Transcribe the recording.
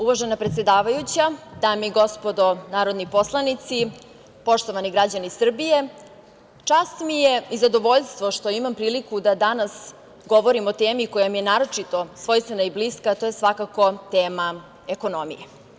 Uvažena predsedavajuća, dame i gospodo narodni poslanici, poštovani građani Srbije, čast mi je i zadovoljstvo što imam priliku da danas govorim o temi koja mi je naročito svojstvena i bliska, to je svakako tema ekonomije.